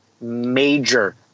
major